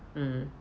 mm